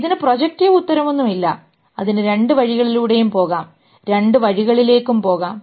ഇതിന് പ്രൊജക്റ്റീവ് ഉത്തരമൊന്നുമില്ല അതിന് രണ്ട് വഴികളിലൂടെയും പോകാം രണ്ട് വഴികളിലേക്കും പോകാം